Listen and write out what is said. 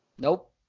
Nope